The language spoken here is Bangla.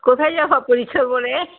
কোথায় যাবে পরীক্ষার পরে